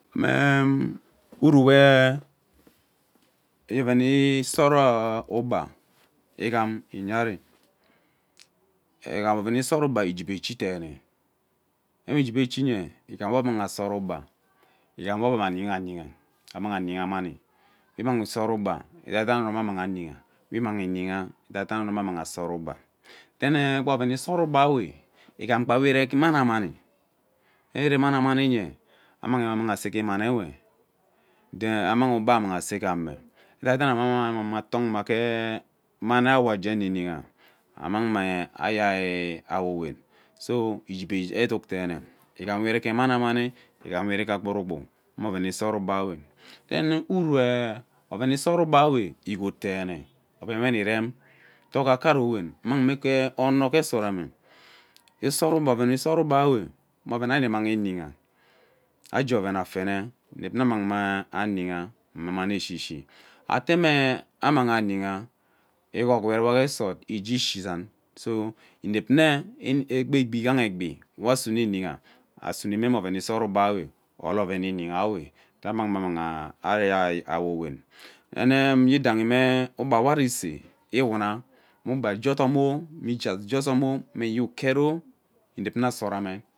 Uruu we oven isora ugbe igham iye ari, oven isoro ugba igebe echi deene nwe igewe echi nye igham we aweba amang asora ugba ighem we ebe amang uyiga ayiga we immang isora ugba edaidena ano mamang nyiga we mmang oyiha edada ano me anug asora ugba then gba oven isoro ugbawe igham agba we iri menaini nve ire mani nwe then ammang ugba ammang ase ghame edadami ebe ammag me ah tong gee mani uya we agee nyiyiha amang me ayei awowen so ijebe eduk deene igham we ire gee manamani igham we ire gee ogwurugwu mme oven isak ugba ewe then uruu oven isoraugbe ewe igot deene oven we nnerem to ke akarowe magme one ghee sorame isora ove isora ugbe ewe mme oven wari nni mang iyigha age oven afene inep ana ammang me ayiha mma mamiani ishishi ate managhi ayiha igogowo ge soro ige ishi izan so inep nna egbi igha egbi we asue iyigha asume me mme oven isora ugbe ewe or oven iyigha ewe ke ammang me ayi awo owen yene yidahi mme ugba wari isee iwuna me ugba agee odoma me isee ege ozomo mme ye uket ov inep nna asora mme.